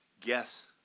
Guess